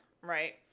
right